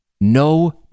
no